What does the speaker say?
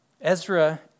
Ezra